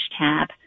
tab